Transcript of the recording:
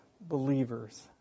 believers